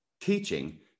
teaching